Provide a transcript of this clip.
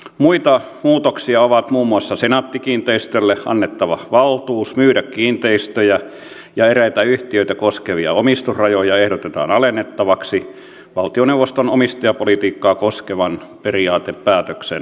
muita muutoksia ovat muun muassa senaatti kiinteistöille annettava valtuus myydä kiinteistöjä ja eräitä yhtiöitä koskevia omistusrajoja ehdotetaan alennettavaksi valtioneuvoston omistajapolitiikkaa koskevan periaatepäätöksen mukaisesti